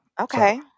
okay